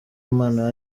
impano